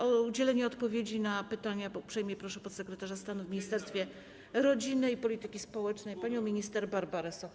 O udzielenie odpowiedzi na pytania uprzejmie proszę podsekretarza stanu w Ministerstwie Rodziny i Polityki Społecznej panią minister Barbarę Sochę.